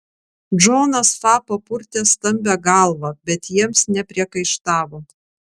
džonas fa papurtė stambią galvą bet jiems nepriekaištavo